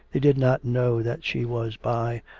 they did not know that she was by,